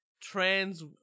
trans